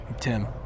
Tim